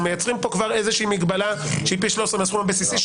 אנחנו מייצרים פה כבר מגבלה שהיא פי 13 מהסכום הבסיסי,